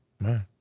man